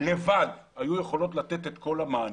לבד היו יכולות לתת את כל המענה,